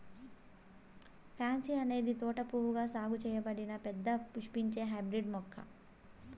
pansy అనేది తోట పువ్వుగా సాగు చేయబడిన పెద్ద పుష్పించే హైబ్రిడ్ మొక్క